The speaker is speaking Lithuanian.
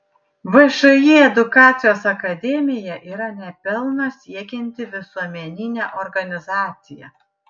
všį edukacijos akademija yra ne pelno siekianti visuomeninė organizacija